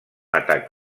atac